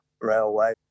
railway